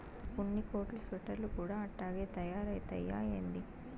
ఉన్ని కోట్లు స్వెటర్లు కూడా అట్టాగే తయారైతయ్యా ఏంది